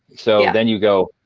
so then you go,